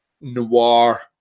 noir